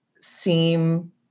seem